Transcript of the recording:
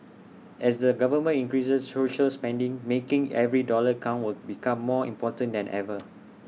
as the government increases social spending making every dollar count will become more important than ever